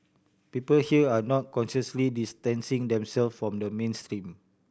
people here are not consciously distancing themselves from the mainstream